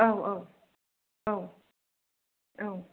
औ औ औ औ